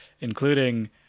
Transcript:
including